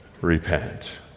Repent